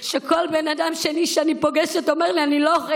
שכל בן אדם שני שאני פוגשת אומר לי: אני לא אוכל,